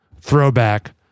throwback